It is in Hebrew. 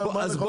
כבוד היושב-ראש,